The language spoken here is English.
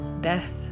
Death